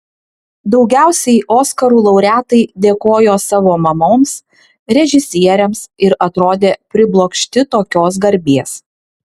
daugiausiai oskarų laureatai dėkojo savo mamoms režisieriams ir atrodė priblokšti tokios garbės